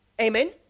Amen